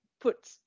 put